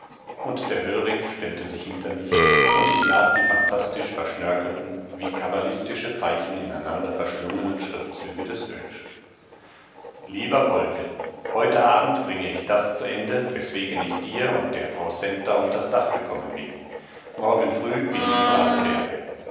und der höllring stellte sich hinter mich und ich las die phantastisch verschnörkelten wie kabalistische zeichen ineinander verschlungenen schriftzüge des oetsch lieber poldl heute abend bringe ich das zu ende weswegen ich dir und der frau centa unters dach gekommen bin morgen früh bin ich über alle berge